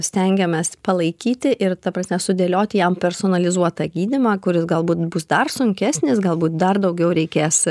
stengiamės palaikyti ir ta prasme sudėlioti jam personalizuotą gydymą kuris galbūt bus dar sunkesnis galbūt dar daugiau reikės